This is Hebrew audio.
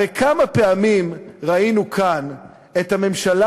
הרי כמה פעמים ראינו כאן את הממשלה,